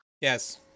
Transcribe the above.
Yes